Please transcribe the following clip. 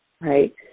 right